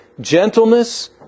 gentleness